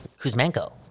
Kuzmenko